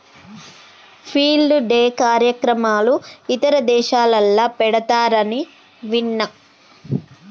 field day కార్యక్రమాలు ఇతర దేశాలల్ల పెడతారని విన్న